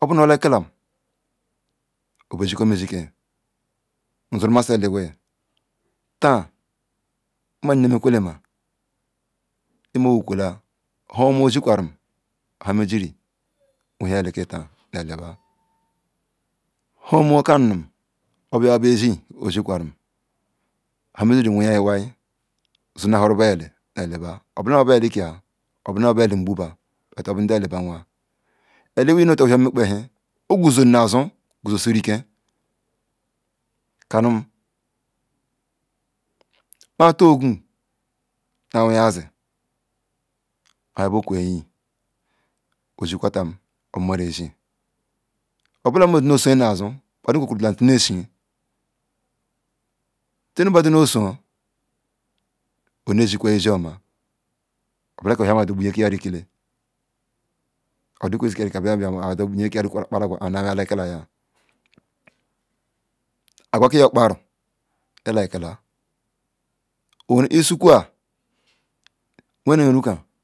obu nu o likelam obey shiekwam ishie kiyam nzuru maci eli wi ta mmam nu nye mekwelema nha oma ozikwaram oha mejiri zueliki nhaa oma okanum obaya bu zzi ozi krearum ama jiri wehia wai zurahoru ba eli nu eli ba obu elika obu elu nde ngbuba obu nde eli ba wea eli wea no tuhuya nmkpehei ogwuzom nu azu gwuzuzi nu aloya zi oha bokwu ayi ozi kwatam omumara ezi obala nmzi nosoi nu aza onu ekau tula mesie njinu bada noso onezikwai ezi oma obulelah aju ogba yekiyera ekile odukweme izibere ika mazugba nyekiri ayi kparuagwa buoma ayioa ki okpara nlikela oweru esu kura